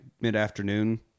mid-afternoon